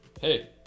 Hey